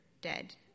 dead